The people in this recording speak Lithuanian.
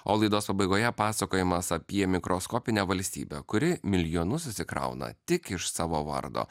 o laidos pabaigoje pasakojimas apie mikroskopinę valstybę kuri milijonus susikrauna tik iš savo vardo